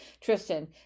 Tristan